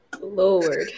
Lord